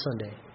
Sunday